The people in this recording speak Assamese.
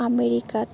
আমেৰিকাত